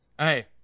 Hey